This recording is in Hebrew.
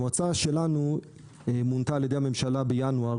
המועצה שלנו מונתה על ידי הממשלה בינואר